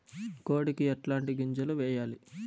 కోడికి ఎట్లాంటి గింజలు వేయాలి?